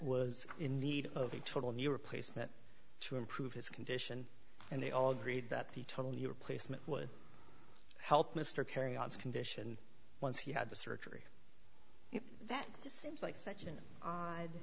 was in need of a total knee replacement to improve his condition and they all agreed that the total knee replacement would help mr carry ons condition once he had the surgery that just seems like such an odd